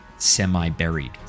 semi-buried